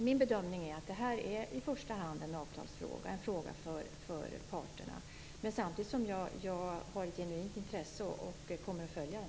Min bedömning är att detta i första hand är en avtalsfråga för parterna. Samtidigt har jag ett genuint intresse för denna fråga och kommer att följa den.